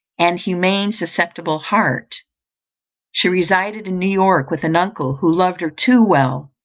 and humane, susceptible heart she resided in new-york with an uncle, who loved her too well,